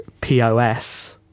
POS